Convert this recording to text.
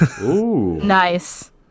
nice